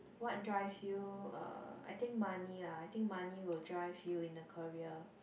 what drives you uh I think money lah I think money will drive you in a career